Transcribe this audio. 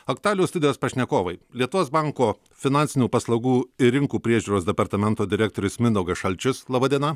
aktualijų studijos pašnekovai lietuvos banko finansinių paslaugų ir rinkų priežiūros departamento direktorius mindaugas šalčius laba diena